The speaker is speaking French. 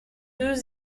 deux